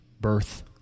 birth